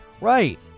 Right